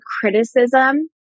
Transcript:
criticism